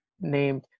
named